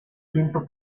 quinto